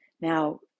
Now